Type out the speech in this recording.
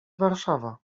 warszawa